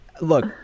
Look